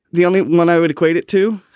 the only one i would equate it to.